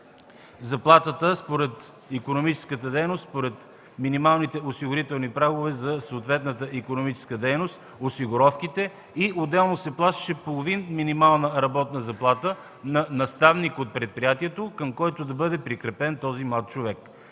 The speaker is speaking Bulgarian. заплатата, според икономическата дейност, според минималните осигурителни прагове за съответната икономическа дейност, осигуровките и отделно се плащаше половин минимална работна заплата на наставник от предприятието, към който да бъде прикрепен този млад човек.